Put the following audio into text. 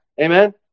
Amen